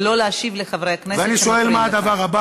תודה רבה.